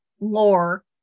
lore